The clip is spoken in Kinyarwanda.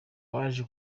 waje